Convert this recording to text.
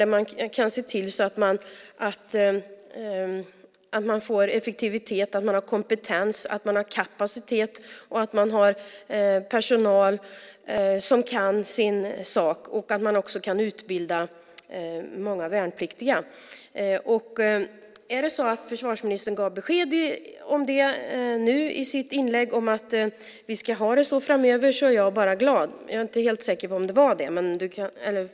Det gäller att få effektivitet och att man har kompetens och kapacitet. Dessutom gäller det att ha personal som kan sin sak och att många värnpliktiga kan utbildas. Om det är så att försvarsministerns besked här i sitt inlägg var att vi ska ha det så framöver är jag bara glad. Men jag är inte helt säker på om det är så.